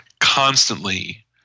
constantly